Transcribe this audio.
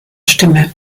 stimme